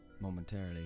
Momentarily